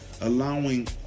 allowing